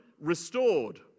restored